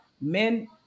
men